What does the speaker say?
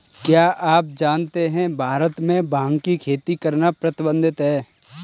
क्या आप जानते है भारत में भांग की खेती करना प्रतिबंधित है?